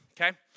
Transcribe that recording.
Okay